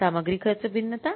सामग्री खर्च भिन्नता